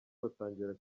batangira